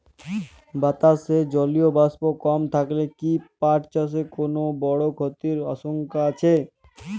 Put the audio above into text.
বাতাসে জলীয় বাষ্প কম থাকলে কি পাট চাষে কোনো বড় ক্ষতির আশঙ্কা আছে?